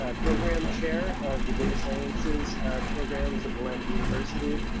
ah program chair of the data sciences programs at willamette university,